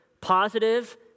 Positive